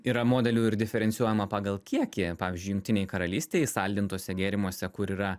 yra modelių ir diferencijuojama pagal kiekį pavyzdžiui jungtinėj karalystėj saldintuose gėrimuose kur yra